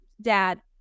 dad